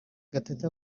gatete